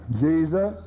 Jesus